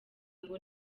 ngo